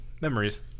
memories